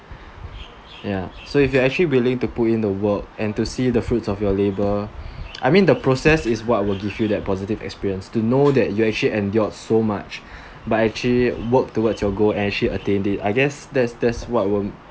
ya so if you are actually willing to put in the work and to see the fruits of your labour I mean the process is what would give you that positive experience to know that you actually endured so much by actually worked towards your goal and actually attained it I guess that's that's what will